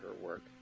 work